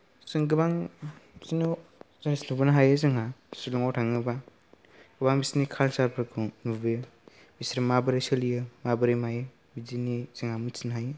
जों गोबां बिदिनो जिनिस नुबोनो हायो जोंहा शिलङाव थाङोबा बिसोरनि कालसारफोरखौ नुबोयो बिसोर माबोरै सोलियो माबोरै मायो बिदिनो जोंहा मिथिनो हायो